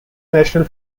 national